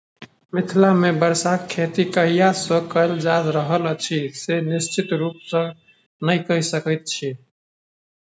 मिथिला मे बाँसक खेती कहिया सॅ कयल जा रहल अछि से निश्चित रूपसॅ नै कहि सकैत छी